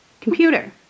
Computer